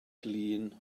glin